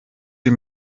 sie